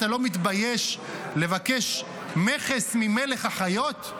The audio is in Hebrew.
אתה לא מתבייש לבקש מכס ממלך החיות?